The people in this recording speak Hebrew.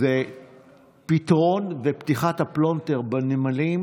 פתרון ופתיחת הפלונטר בנמלים